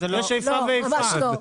יש איפה ואיפה.